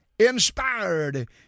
Inspired